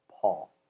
Paul